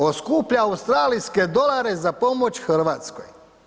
On skuplja australijske dolare za pomoć Hrvatskoj.